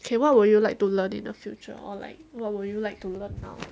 okay what would you like to learn in the future or like what would you like to learn now